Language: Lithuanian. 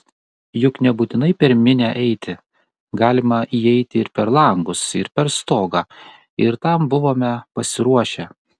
juk nebūtinai per minią eiti galima įeiti ir per langus ir per stogą ir tam buvome pasiruošę